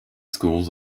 schools